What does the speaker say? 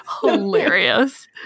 Hilarious